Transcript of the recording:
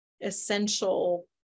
essential